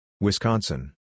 Wisconsin